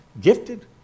gifted